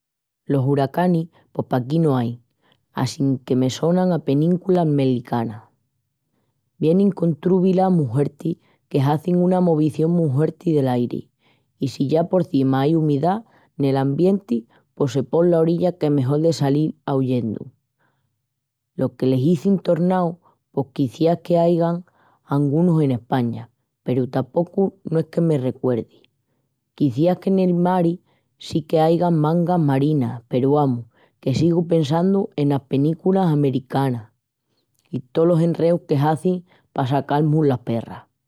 Los huracanis pos paquí no ain assinque me sonan a penícula almericana. Vienin con trúbilas mu huertis que hazin una movición mu huerti del airi. I si ya porcima ai umidá nel ambienti pos se pon la orilla que mejol de salil ahuyendu. Lo que l'izin tornau pos quiciás qu'aigan angunus en España peru tapocu no es que me recuerdi. Quiciás que nel mari sí que aigan mangas marinas peru amus, que sigu pensandu enas penículas almericanas i tolos enreus que hazin pa sacal-mus las perras.